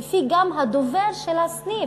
וגם לפי הדובר של הסניף,